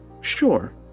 Sure